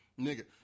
nigga